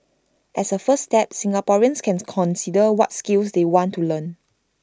as A first step Singaporeans can consider what skills they want to learn